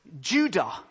Judah